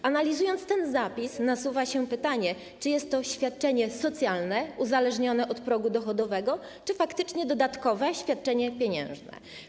Przy analizie tego zapisu nasuwa się pytanie: Czy jest to świadczenie socjalne, uzależnione od progu dochodowego, czy faktycznie dodatkowe świadczenie pieniężne?